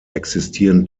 existieren